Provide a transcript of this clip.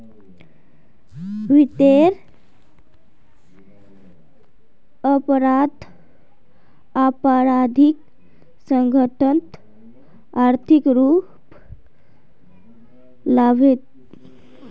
वित्तीयेर अपराधत आपराधिक संगठनत आर्थिक रूप स लाभान्वित हछेक